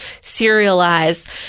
serialized